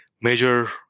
major